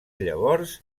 llavors